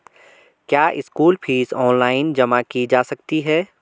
क्या school fees online जमा की जा सकती है?